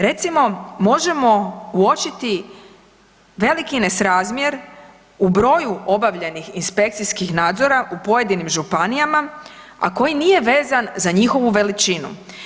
Recimo možemo uočiti veliki nesrazmjer u broju obavljenih inspekcijskih nadzora u pojedinim županijama, a koji nije vezan za njihovu veličinu.